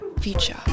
future